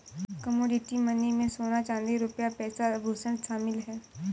commodity money में सोना चांदी रुपया पैसा आभुषण शामिल है